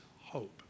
hope